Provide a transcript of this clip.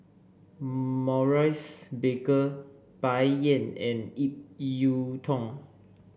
Maurice Baker Bai Yan and Ip Yiu Tung